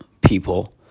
people